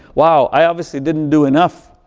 wow, i obviously didn't do enough,